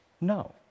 No